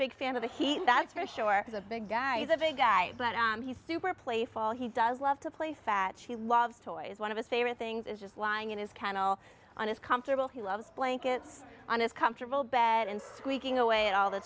big fan of the heat that's for sure the big guys have a guy but he's super playful he does love to play fat she loves toys one of his favorite things is just lying in his kennel on his comfortable he loves blankets on his comfortable bed and squeaking away at all the